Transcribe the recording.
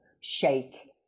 shake